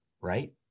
right